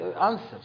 answers